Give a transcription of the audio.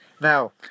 now